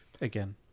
again